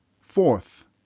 Fourth